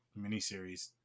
miniseries